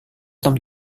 tom